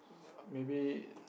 maybe